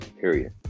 Period